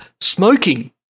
smoking